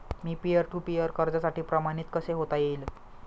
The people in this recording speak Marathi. मी पीअर टू पीअर कर्जासाठी प्रमाणित कसे होता येईल?